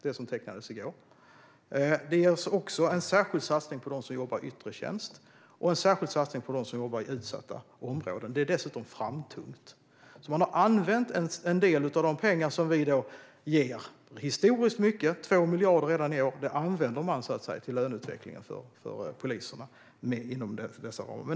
Det görs också en särskild satsning på dem som jobbar i yttre tjänst och en särskild satsning på dem som jobbar i utsatta områden. Det är dessutom framtungt. Man har använt en del av de pengar som vi ger - historiskt mycket, 2 miljarder redan i år - till löneutvecklingen för poliserna inom dessa ramar.